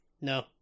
No